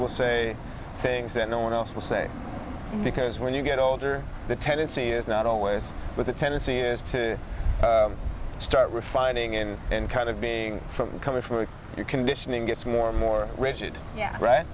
will say things that no one else will say because when you get older the tendency is not always with the tendency is to start refining in and kind of being from coming from your conditioning gets more and more rigid